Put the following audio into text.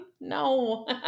No